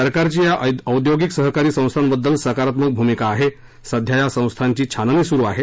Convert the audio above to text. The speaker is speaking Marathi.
सरकारची या औद्योगिक सहकारी संस्थांबद्दल सकारात्मक भूमिका आहे सध्या या संस्थांची छाननी सुरू आहे